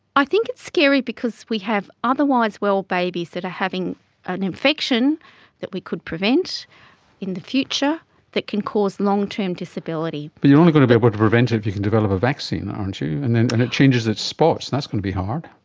i think it's a scary because we have otherwise well babies that are having an infection that we could prevent in the future that can cause long-term disability. but you're only going to be able to prevent it if you can develop a vaccine, aren't you, and and and it changes its spots and that's going to be hard.